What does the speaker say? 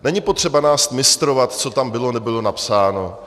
Není potřeba nás mistrovat, co tam bylo, nebylo napsáno.